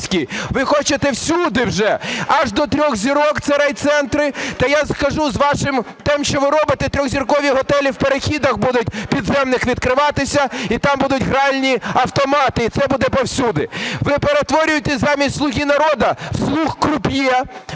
Ви хочете всюди вже, аж до трьох зірок, – це райцентри. Та я скажу, з вашим тим що ви робите, трьохзіркові готелі в переходах будуть підземних відкриватися і там будуть гральні автомати і це буде по всюди. Ви перетворюєтесь замість "Слуги народу" в слуг круп'є,